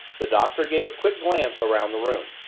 the doctor gave a quick glance around the room.